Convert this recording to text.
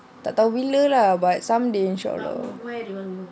tak tahu bila lah but some day inshallah